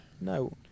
no